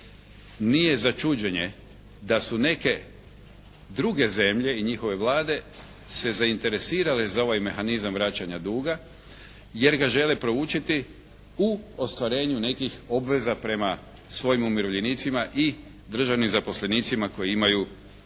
nije za čuđenje da su neke druge zemlje i njihove Vlade se zainteresirale za ovaj mehanizam vraćanja duga jer ga žele proučiti u ostvarenju nekih obveza prema svojim umirovljenicima i državnim zaposlenicima koji imaju u